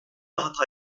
hata